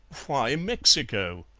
why mexico?